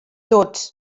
tots